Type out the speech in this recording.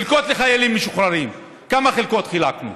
חלקות לחיילים משוחררים, כמה חלקות חילקנו?